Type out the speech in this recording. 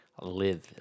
live